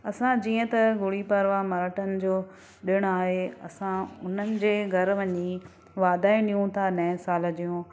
असां जीअं त गुड़ी पाड़वा मराठनि जो ॾिणु आहे असां हुननि जे घरि वञी वाधायूं ॾियूं था नए साल जूं